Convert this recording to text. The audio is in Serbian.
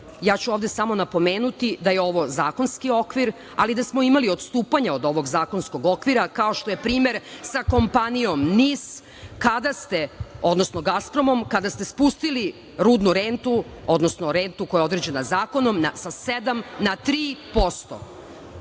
Ja ću ovde samo napomenuti da je ovo zakonski okvir, ali da smo imali odstupanje od ovog zakonskog okvira, kao što je primer sa kompanijom NIS, odnosno „Gasprom“, kada ste spustili rudnu rentu, odnosno rentu koja je određena zakonom sa 7 na 3%,